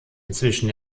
inzwischen